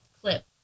clip